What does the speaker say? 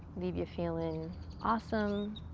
leave ya feelin' awesome,